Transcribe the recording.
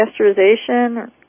pasteurization